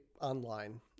online